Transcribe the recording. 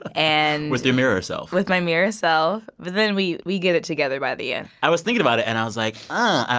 and. with your mirror self with my mirror self. but then we we get it together by the end i was thinking about it, and i was like, oh,